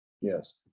yes